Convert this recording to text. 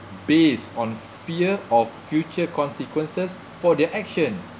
based on fear of future consequences for their action